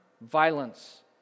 violence